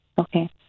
Okay